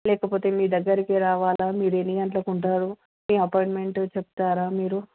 లేకపోతే మీ దగ్గరకి రావాలా మీరు ఎన్ని గంటలకు ఉంటారు మీ అపాయింట్మెంటు చెప్తారా మీరు